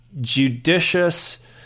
judicious